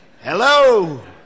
Hello